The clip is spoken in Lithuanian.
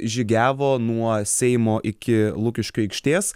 žygiavo nuo seimo iki lukiškių aikštės